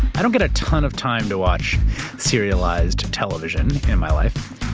i don't get a ton of time to watch serialized television in my life.